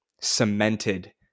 cemented